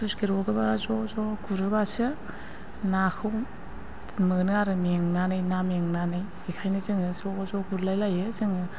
sluice gate हगारोबा ज' ज' गुरोबासो नाखौ मोनो आरोना मेंनानै बेनिखायनो जोङो ज' ज' गुरलाय लायो जोङो